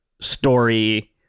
story